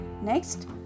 Next